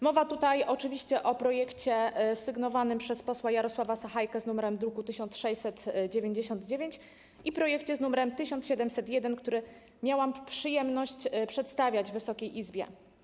Mowa tutaj oczywiście o projekcie sygnowanym przez posła Jarosława Sachajkę z druku nr 1699 i o projekcie z druku nr 1701, który miałam przyjemność przedstawiać Wysokiej Izbie.